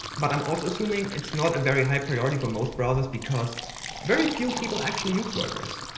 but i'm also assuming it's not a very high priority for most browsers because very few people actually use workers,